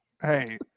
hey